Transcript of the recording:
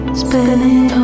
spinning